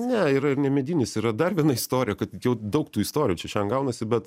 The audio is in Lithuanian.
ne yra ir ne medinis yra dar viena istorija kad jau daug tų istorijų čia šiandien gaunasi bet